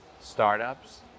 startups